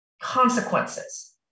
consequences